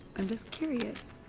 i'm just curious.